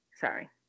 Sorry